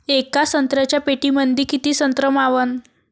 येका संत्र्याच्या पेटीमंदी किती संत्र मावन?